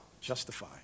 justify